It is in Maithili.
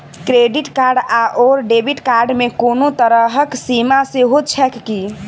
क्रेडिट कार्ड आओर डेबिट कार्ड मे कोनो तरहक सीमा सेहो छैक की?